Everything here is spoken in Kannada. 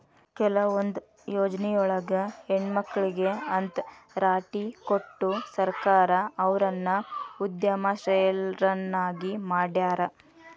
ಕೆಲವೊಂದ್ ಯೊಜ್ನಿಯೊಳಗ ಹೆಣ್ಮಕ್ಳಿಗೆ ಅಂತ್ ರಾಟಿ ಕೊಟ್ಟು ಸರ್ಕಾರ ಅವ್ರನ್ನ ಉದ್ಯಮಶೇಲ್ರನ್ನಾಗಿ ಮಾಡ್ಯಾರ